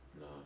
No